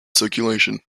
circulation